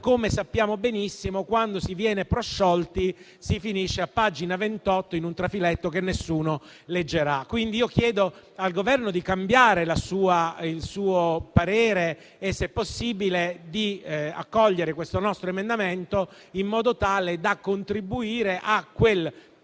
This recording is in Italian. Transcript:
come sappiamo benissimo, quando si viene prosciolti, si finisce a pagina 28, in un trafiletto che nessuno leggerà. Chiedo pertanto al Governo di modificare il parere e, se possibile, di accogliere questo nostro emendamento, in modo da contribuire a quell'orientamento